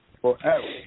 forever